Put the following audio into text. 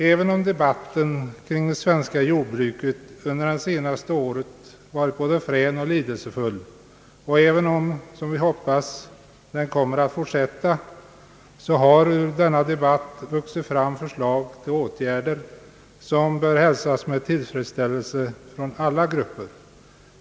Även om debatten kring det svenska jordbruket under det senaste året varit både frän och lidelsefull — något som vi hoppas kommer att fortsätta — har ur denna debatt vuxit fram förslag till åtgärder som bör hälsas med tillfredsställelse av alla grupper.